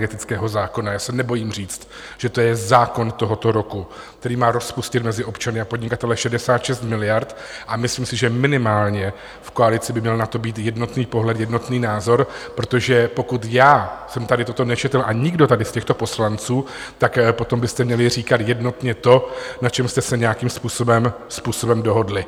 Já se nebojím říct, že to je zákon tohoto roku, který má rozpustit mezi občany a podnikatele 66 miliard, a myslím si, že minimálně v koalici by měl na to být jednotný pohled, jednotný názor, protože pokud já jsem tady toto nečetl a nikdo tady z těchto poslanců, tak potom byste měli říkat jednotně to, na čem jste se nějakým způsobem dohodli.